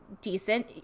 decent